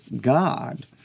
God